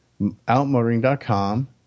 outmotoring.com